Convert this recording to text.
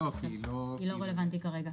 זה לא רלוונטי כרגע.